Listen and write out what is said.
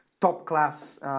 top-class